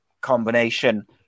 combination